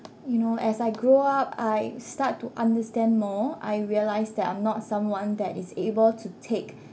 you know as I grow up I start to understand more I realise that I'm not someone that is able to take